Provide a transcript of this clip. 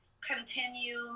continue